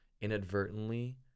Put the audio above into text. inadvertently